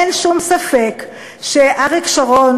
אין שום ספק שאריק שרון,